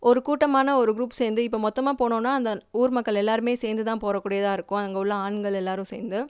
ஒரு கூட்டமான ஒரு க்ரூப் சேர்ந்து இப்போ மொத்தமாக போனோம்னா அந்த ஊர் மக்கள் எல்லோருமே சேர்ந்துதான் போகக்கூடியதா இருக்கும் அங்கே உள்ள ஆண்கள் எல்லோரும் சேர்ந்து